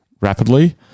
rapidly